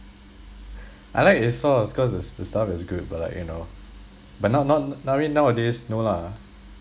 I like asos cause it's the stuff is good but like you know but now not I mean nowadays no lah